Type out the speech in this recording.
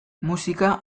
musika